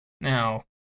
Now